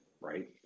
right